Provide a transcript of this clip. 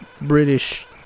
British